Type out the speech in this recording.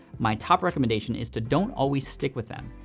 my top recommendation is to don't always stick with them,